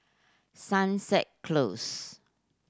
Sunset Close